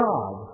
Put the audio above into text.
God